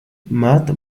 matt